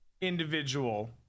individual